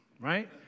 right